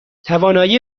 توانایی